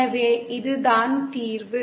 எனவே இதுதான் தீர்வு